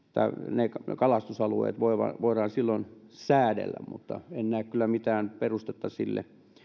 ne kalastusalueet voidaan voidaan silloin säädellä mutta en näe kyllä mitään perustetta sille